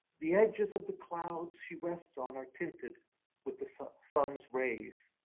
the edges of the clouds she rests on are tinted with the sun's sun's rays,